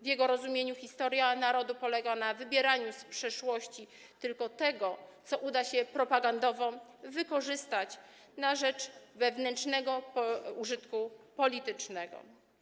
W jego rozumieniu historia narodu polega na wybieraniu z przeszłości tylko tego, co uda się propagandowo wykorzystać na rzecz wewnętrznego użytku politycznego.